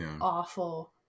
awful